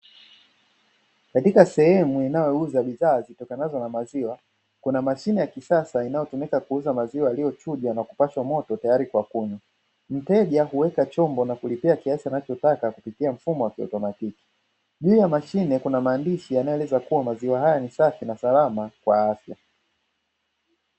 Katika sehemu zinazouza bidhaa zitokanazo na maziwa, kuna mashine ya kisasa inayotumika kuuza maziwa yaliyochujwa na kupashwa moto na tayari kwa kunywa. Mteja huweka chombo na kulipia kiasia anachotaka kupitia mfumo wa kieletroniki. Juu ya mashine kuna maandishi kuwa maziwa haya ni safi na salama kwa afya.